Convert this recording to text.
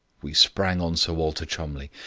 we sprang on sir walter cholmondeliegh,